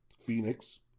Phoenix